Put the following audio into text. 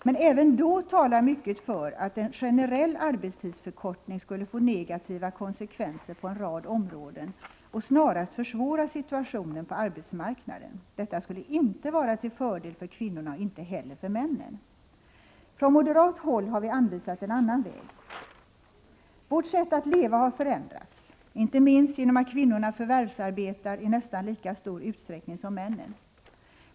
Men även då talar mycket för att en generell arbetstidsförkortning skulle få negativa konsekvenser på en rad områden och snarast försvåra situationen på arbetsmarknaden. Detta skulle inte vara till fördel för kvinnorna och inte heller för männen. Från moderat håll har vi anvisat en annan väg. Vårt sätt att leva har förändrats, inte minst genom att kvinnorna förvärvsarbetar i nästan lika stor utsträckning som männen.